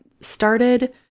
started